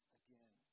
again